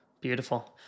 Beautiful